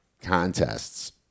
contests